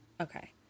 Okay